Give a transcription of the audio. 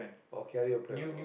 okay carrier plan oh